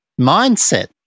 mindset